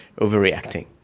overreacting